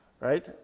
right